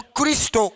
Christ